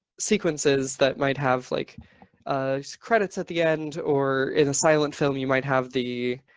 sequences that might have like um credits at the end or in a silent film, you might have the